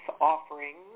offerings